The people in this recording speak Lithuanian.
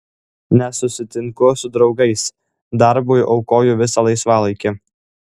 nesusitinku su draugais darbui aukoju visą laisvalaikį